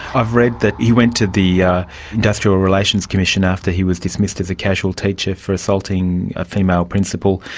i've read that he went to the yeah industrial relations commission after he was dismissed as a casual teacher for assaulting a female principal,